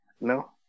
No